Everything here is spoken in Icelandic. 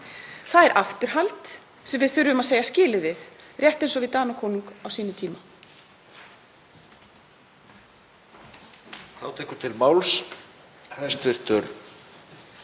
Það er afturhald sem við þurfum að segja skilið við, rétt eins og Danakonung á sínum tíma.